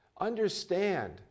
understand